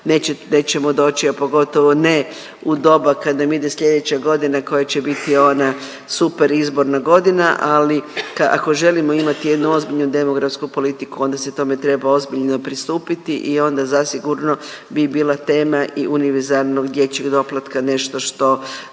nećemo doći, a pogotovo ne u doba kad nam ide slijedeća godina koja će biti ona super izborna godina, ali ako želimo imati jednu ozbiljnu demografsku politiku onda se tome treba ozbiljno pristupiti i onda zasigurno bi bila tema i univerzalnog dječjeg doplatka nešto što